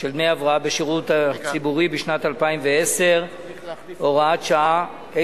של דמי הבראה בשירות הציבורי בשנת 2010 (הוראת שעה),